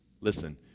Listen